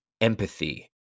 empathy